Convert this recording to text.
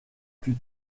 plus